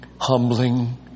humbling